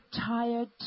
tired